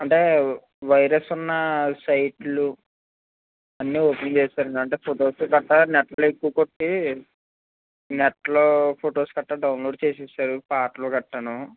అంటే వైరస్ ఉన్న సైట్లు అన్ని ఓపెన్ చేసేశారు అంటే ఫోటోస్ గట్రా నెట్లో ఎక్కువ కొట్టీ నెట్లో ఫోటోస్ అలాంటివి డౌన్లోడ్ చేసేశారు పాటలు గట్రాను